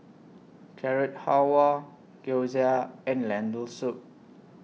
Carrot Halwa Gyoza and Lentil Soup